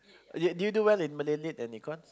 you did you do well in Malay-Lit and Econs